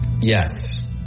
Yes